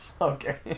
Okay